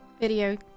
video